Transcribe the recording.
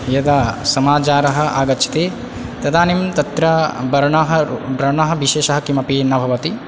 यदा समाचारः आगच्छति तदानीं तत्र वर्णाः वर्णः विशेषः किमपि न भवति